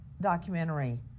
documentary